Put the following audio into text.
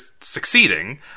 succeeding